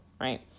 right